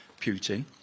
Putin